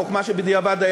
חוכמה שבדיעבד,